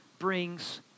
Brings